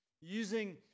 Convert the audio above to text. using